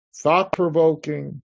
thought-provoking